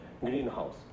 greenhouse